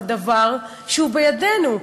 זה דבר שהוא בידינו,